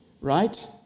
Right